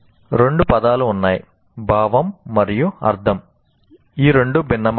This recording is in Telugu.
రెండు పదాలు ఉన్నాయి భావం మరియు అర్థం ఈ రెండు భిన్నమైనవి